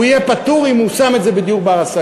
הוא יהיה פטור אם הוא שם את זה בדיור בר-השגה.